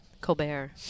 Colbert